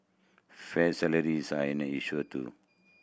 fair salaries are an a issue too